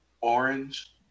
orange